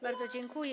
Bardzo dziękuję.